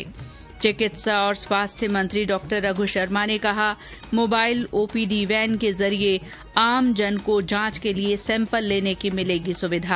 ्र चिकित्सा और स्वास्थ्य मंत्री डॉ रघु शर्मा ने कहा मोबाइल ओपीडी वैन के जरिए आमजन को जांच के लिए सैंपल लेने की मिलेगी सुविधा